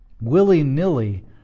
willy-nilly